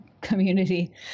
community